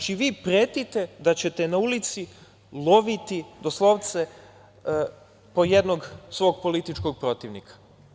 Dakle, vi pretite da ćete na ulici loviti, doslovce, po jednog svog političkog protivnika.